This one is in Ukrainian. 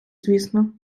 звісно